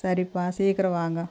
சரிப்பா சீக்கிரம் வாங்க